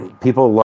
people